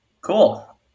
Cool